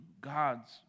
God's